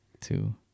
two